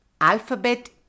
alphabet